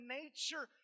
nature